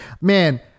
Man